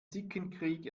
zickenkrieg